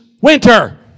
winter